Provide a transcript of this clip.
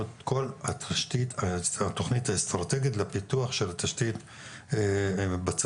את כל התוכנית האסטרטגית לפיתוח של התשתית בצפון.